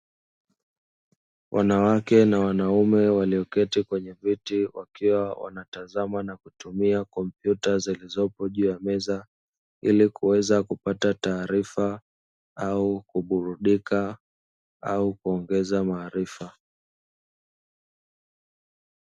Wanawake na wanaume walioketi kwenye viti wakiwa wanatazama na kutumia kompyuta zilizopo juu ya meza; ili kuweza kupata taarifa, au kuburudika au kuongeza maarifa.